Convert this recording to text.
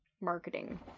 marketing